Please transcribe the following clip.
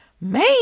man